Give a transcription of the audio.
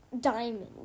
diamond